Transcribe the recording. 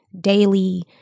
daily